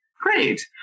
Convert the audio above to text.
Great